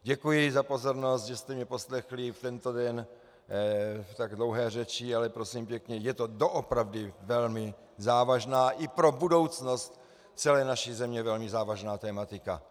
Děkuji za pozornost, že jste mě poslechli v tento den v tak dlouhé řeči, ale prosím pěkně, je to doopravdy velmi závažná i pro budoucnost celé naší země tematika.